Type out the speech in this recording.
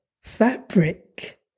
fabric